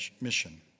mission